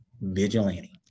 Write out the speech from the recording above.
vigilante